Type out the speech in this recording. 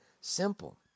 simple